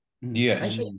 yes